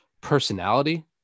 personality